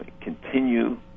continue